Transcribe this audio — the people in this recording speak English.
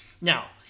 now